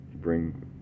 bring